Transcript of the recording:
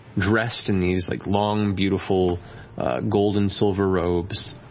dressed in these like long, beautiful gold and silver robes,